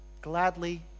gladly